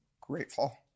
grateful